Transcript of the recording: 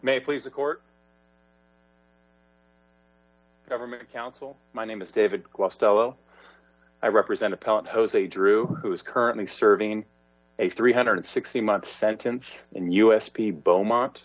may please the court government counsel my name is david costello i represent appellant jose drew who is currently serving a three hundred and sixty month sentence in us p beaumont